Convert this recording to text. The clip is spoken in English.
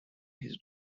his